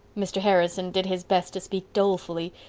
mr. harrison did his best to speak dolefully,